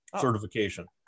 certification